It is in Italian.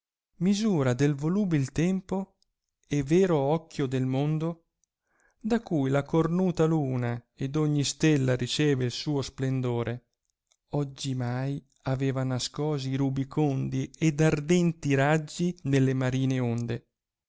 misura del volubil tempo e vero occhio del mondo da cui la cornuta luna ed ogni stella riceve il suo splendore oggimai aveva nascosi i rubicondi ed ardenti raggi nelle marine onde